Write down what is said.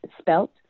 spelt